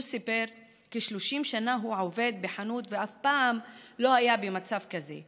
הוא סיפר ש-30 שנה הוא עובד בחנות ואף פעם לא היה במצב כזה.